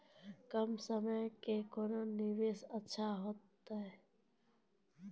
कम समय के कोंन निवेश अच्छा होइतै?